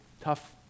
tough